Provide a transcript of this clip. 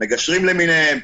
מגשרים למיניהם,